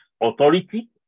authority